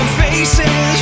faces